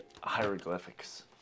hieroglyphics